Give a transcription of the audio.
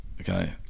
okay